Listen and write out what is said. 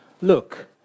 look